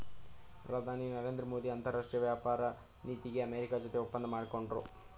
ಪ್ರಧಾನಿ ನರೇಂದ್ರ ಮೋದಿ ಅಂತರಾಷ್ಟ್ರೀಯ ವ್ಯಾಪಾರ ನೀತಿಗೆ ಅಮೆರಿಕ ಜೊತೆ ಒಪ್ಪಂದ ಮಾಡ್ಕೊಂಡ್ರು